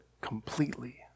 completely